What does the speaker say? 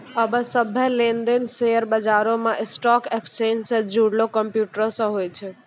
आबे सभ्भे लेन देन शेयर बजारो मे स्टॉक एक्सचेंज से जुड़लो कंप्यूटरो से होय छै